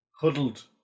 Huddled